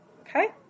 okay